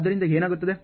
ಆದ್ದರಿಂದ ಏನಾಗುತ್ತದೆ